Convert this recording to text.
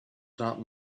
not